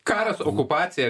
karas okupacija